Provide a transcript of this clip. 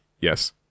yes